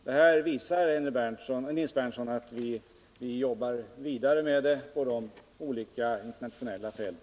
Detta, Nils Berndtson, visar att vi arbetar vidare på olika internationella fält.